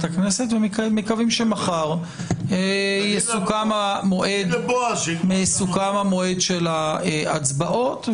הכנסת ומקווים שמחר יסוכם המועד של ההצבעות.